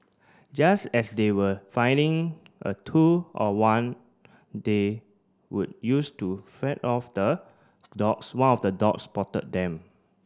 just as they were finding a tool or one they could use to fend off the dogs one of the dogs spotted them